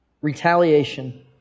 Retaliation